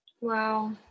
wow